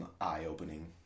eye-opening